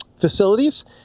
facilities